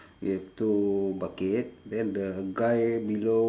you have two bucket then the guy below